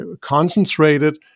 concentrated